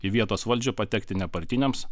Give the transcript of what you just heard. į vietos valdžią patekti nepartiniams